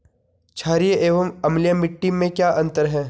छारीय एवं अम्लीय मिट्टी में क्या अंतर है?